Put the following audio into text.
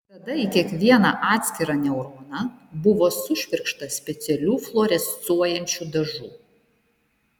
tada į kiekvieną atskirą neuroną buvo sušvirkšta specialių fluorescuojančių dažų